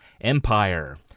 Empire